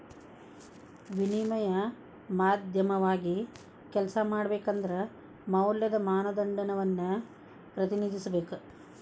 ವಿನಿಮಯ ಮಾಧ್ಯಮವಾಗಿ ಕೆಲ್ಸ ಮಾಡಬೇಕಂದ್ರ ಮೌಲ್ಯದ ಮಾನದಂಡವನ್ನ ಪ್ರತಿನಿಧಿಸಬೇಕ